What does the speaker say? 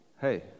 hey